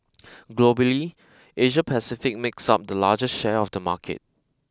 globally Asia Pacific makes up the largest share of the market